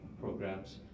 programs